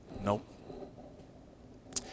Nope